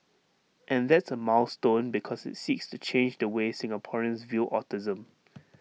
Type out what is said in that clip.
and that's A milestone because IT seeks to change the way Singaporeans view autism